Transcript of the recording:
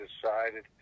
decided